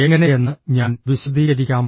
എങ്ങനെയെന്ന് ഞാൻ വിശദീകരിക്കാം